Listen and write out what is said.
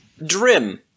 Drim